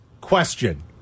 question